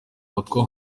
afatwa